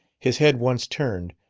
his head once turned,